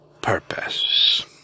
purpose